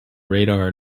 radar